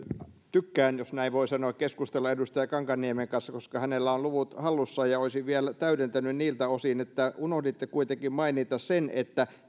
tykkään jos näin voi sanoa keskustella edustaja kankaanniemen kanssa koska hänellä on luvut hallussaan olisin vielä täydentänyt niiltä osin että unohditte kuitenkin mainita sen että